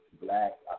black